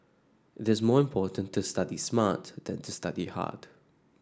it is more important to study smart than to study hard